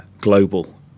global